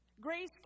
Grace